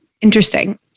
Interesting